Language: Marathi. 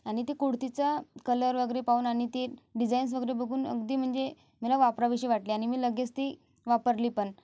आणि त्या कुडतीचा कलर वगैरे पाहून आणि ती डिझाइन्स वगैरे बघून अगदी म्हणजे मला वापरावीशी वाटली आणि मी लगेच ती वापरली पण